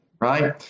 right